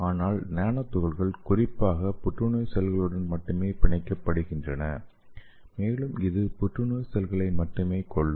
ஆனால் நானோ துகள்கள் குறிப்பாக புற்றுநோய் செல்களுடன் மட்டுமே பிணைக்கப்படுகின்றன மேலும் இது புற்றுநோய் செல்களை மட்டுமே கொல்லும்